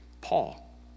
Paul